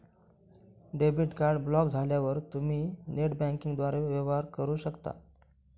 debit card block झाल्यावर तुम्ही net बँकिंगद्वारे वेवहार करू शकता